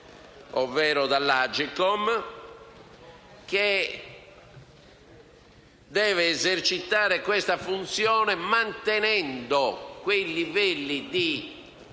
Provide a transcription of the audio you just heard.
ovvero l'Agcom, che deve esercitare questa funzione mantenendo quei livelli di